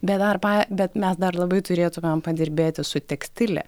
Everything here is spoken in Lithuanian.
bet dar pa bet mes dar labai turėtumėm padirbėti su tekstile